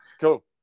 Cool